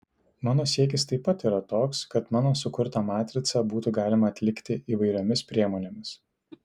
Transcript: mano siekis taip pat yra toks kad mano sukurtą matricą būtų galima atlikti įvairiomis priemonėmis